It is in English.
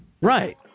Right